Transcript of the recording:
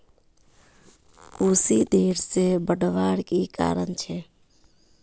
कुशी देर से बढ़वार की कारण छे?